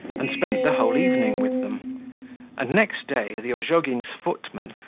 and spent the whole evening with them and next day the ozhogins' footman,